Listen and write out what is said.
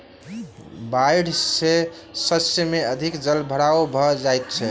बाइढ़ सॅ शस्य में अधिक जल भराव भ जाइत अछि